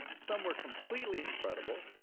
some were completely incredible,